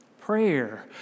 Prayer